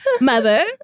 mother